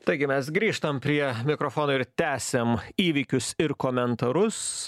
taigi mes grįžtam prie mikrofono ir tęsiam įvykius ir komentarus